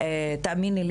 תאמיני לי,